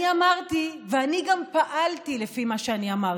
אני אמרתי, ואני גם פעלתי לפי מה שאני אמרתי,